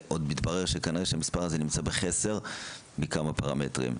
ועוד מתברר שכנראה שהמספר הזה נמצא בחסר מכמה פרמטרים.